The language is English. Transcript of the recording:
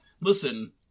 Listen